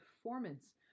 performance